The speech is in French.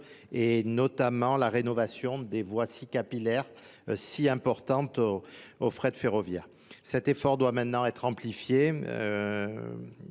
et notamment la rénovation des voies si capillaires, si importantes au fret ferroviaire. cet effort doit maintenant être amplifié.